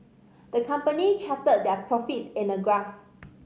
the company charted their profits in a graph